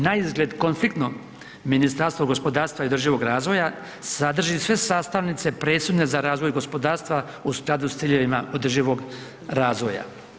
Naizgled konfliktno Ministarstvo gospodarstava i održivog razvoja sadrži sve sastavnice presudne za razvoj gospodarstva u skladu s ciljevima održivog razvoja.